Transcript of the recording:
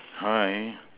alright